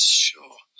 sure